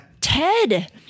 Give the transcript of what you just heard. Ted